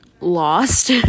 lost